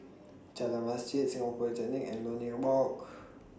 Jalan Masjid Singapore Polytechnic and Lornie Walk